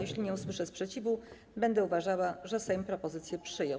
Jeśli nie usłyszę sprzeciwu, będę uważała, że Sejm propozycję przyjął.